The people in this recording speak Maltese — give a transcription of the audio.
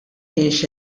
kienx